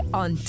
on